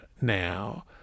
now